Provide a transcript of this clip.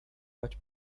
bać